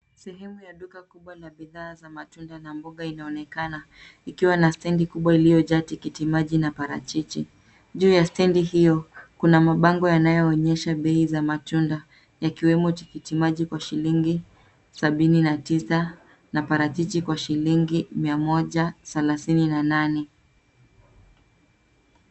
Sehemu ya duka kubwa la bidhaa za mboga na matunda inaonekana ikiwa na stendi kubwa iliyo jaa tikiti maji na parachichi. Juu ya stendi hiyo kuna mabango yanayo onyesha bei za matunda yakiwemo tikiti maji kwa shilingi sabini na tisa na parachichi kwa shilingi mia moja thelathini na nane.